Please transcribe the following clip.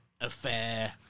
affair